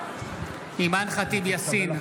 אימאן ח'טיב יאסין,